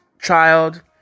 Child